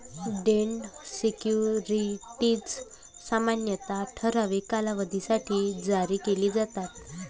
date securities सामान्यतः ठराविक कालावधीसाठी जारी केले जातात